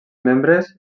membres